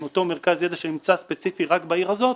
עם אותו מרכז ידע שנמצא ספציפית רק בעיר הזאת